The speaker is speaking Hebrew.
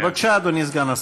בבקשה, אדוני סגן השר.